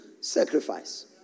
sacrifice